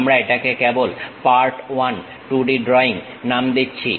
আমি এটাকে কেবল পার্ট 1 2D ড্রয়িং নাম দিচ্ছি